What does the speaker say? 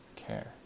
care